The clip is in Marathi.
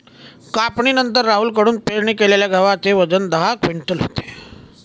कापणीनंतर राहुल कडून पेरणी केलेल्या गव्हाचे वजन दहा क्विंटल होते